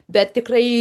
bet tikrai